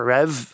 Rev